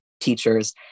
teachers